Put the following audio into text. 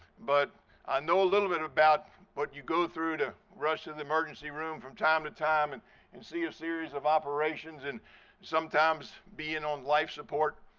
but i know a little bit about what you go through to rush to the emergency room from time to time and and see a series of operations and sometimes being on life support.